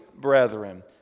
brethren